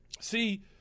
See